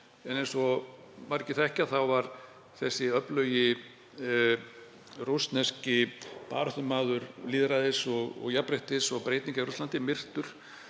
Eins og margir þekkja var þessi öflugi rússneski baráttumaður lýðræðis, jafnréttis og breytinga í Rússlandi myrtur